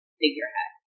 figurehead